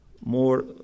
more